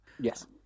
yes